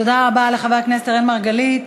תודה רבה לחבר הכנסת אראל מרגלית.